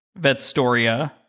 Vetstoria